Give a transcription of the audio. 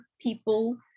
people